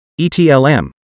ETLM